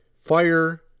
fire